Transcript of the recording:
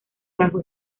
bajo